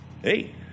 hey